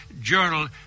journal